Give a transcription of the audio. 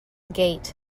gate